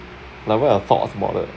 like what your thought about it